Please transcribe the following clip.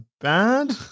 bad